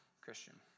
Christian